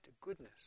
goodness